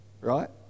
right